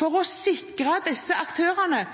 for å sikre disse aktørene,